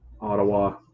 Ottawa